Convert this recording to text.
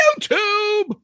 YouTube